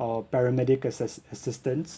uh paramedic assiss~ assistance